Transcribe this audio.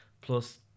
plus